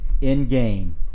in-game